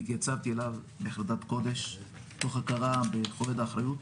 התייצבתי אליו בחרדת קודש תוך הכנה בכובד האחריות